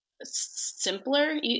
simpler